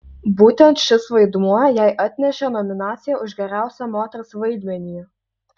būtent šis vaidmuo jai atnešė nominaciją už geriausią moters vaidmenį